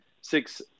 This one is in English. six